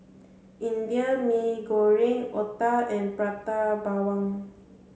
Indian Mee Goreng Otah and Prata Bawang